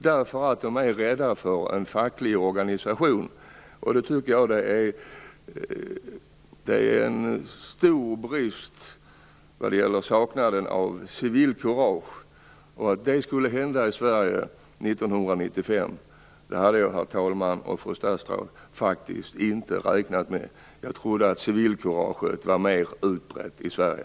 De är rädda för en facklig organisation. Det tycker jag visar en stor brist på civilkurage. Att detta skulle hända i Sverige 1995 hade jag, herr talman och fru statsråd, faktiskt inte räknat med. Jag trodde att civilkuraget var med utbrett i Sverige.